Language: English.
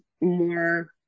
more